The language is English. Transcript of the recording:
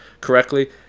correctly